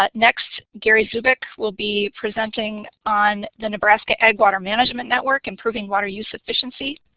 but next gary zoubek will be presenting on the nebraska ag. water management network, improving water use efficiency.